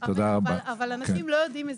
ש’: אמן, אבל אנשים לא יודעים מזה.